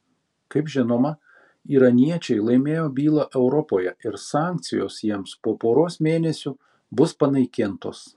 kaip žinoma iraniečiai laimėjo bylą europoje ir sankcijos jiems po poros mėnesių bus panaikintos